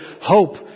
hope